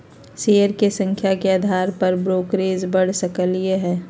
share के संख्या के अधार पर ब्रोकरेज बड़ सकलई ह